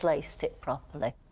placed it properly.